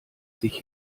sich